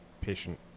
patient